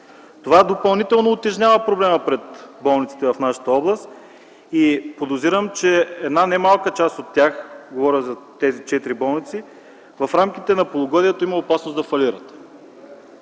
Това допълнително утежнява проблема пред болниците в нашата област и подозирам, че една немалка част от тях – говоря за тези четири болници, в рамките на полугодието има опасност да фалират.